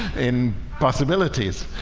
in possibilities